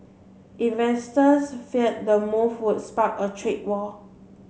investors feared the move would spark a trade war